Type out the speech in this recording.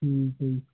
ਠੀਕ ਹੈ ਜੀ